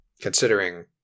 considering